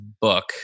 book